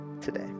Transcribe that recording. today